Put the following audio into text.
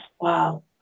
Wow